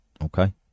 okay